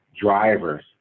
drivers